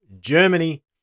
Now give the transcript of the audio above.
Germany